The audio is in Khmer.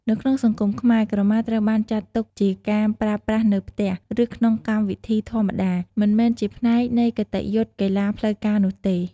នៅក្នុងសង្គមខ្មែរ ក្រមាត្រូវបានចាត់ទុកជាការប្រើប្រាស់នៅផ្ទះ ឬក្នុងកម្មវិធីធម្មតា មិនមែនជាផ្នែកនៃគតិយុត្តកីឡាផ្លូវការនោះទេ។